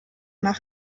nach